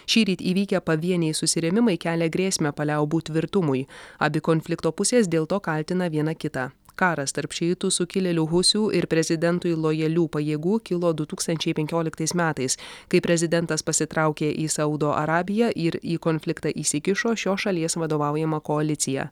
šįryt įvykę pavieniai susirėmimai kelia grėsmę paliaubų tvirtumui abi konflikto pusės dėl to kaltina viena kitą karas tarp šiitų sukilėlių husių ir prezidentui lojalių pajėgų kilo du tūkstančiai penkioliktais metais kai prezidentas pasitraukė į saudo arabiją ir į konfliktą įsikišo šios šalies vadovaujama koalicija